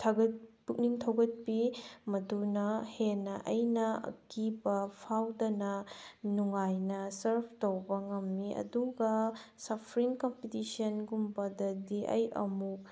ꯄꯨꯛꯅꯤꯡ ꯊꯧꯒꯠꯄꯤ ꯃꯗꯨꯅ ꯍꯦꯟꯅ ꯑꯩꯅ ꯑꯀꯤꯕ ꯐꯥꯎꯗꯅ ꯅꯨꯡꯉꯥꯏꯅ ꯁꯥꯔꯐ ꯇꯧꯕ ꯉꯝꯃꯤ ꯑꯗꯨꯒ ꯁꯥꯔꯐꯤꯡ ꯀꯝꯄꯤꯇꯤꯁꯟꯒꯨꯝꯕꯗꯗꯤ ꯑꯩ ꯑꯃꯨꯛ